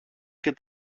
και